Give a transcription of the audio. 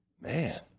Man